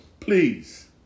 Please